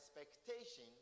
expectation